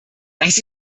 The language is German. das